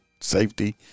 Safety